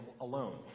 alone